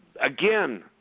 again